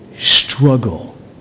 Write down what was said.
struggle